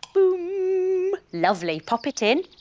ooh lovely, pop it in.